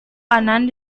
kanan